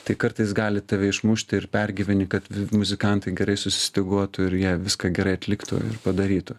tai kartais gali tave išmušti ir pergyveni kad muzikantai gerai sustyguotų ir jie viską gerai atliktų ir padarytų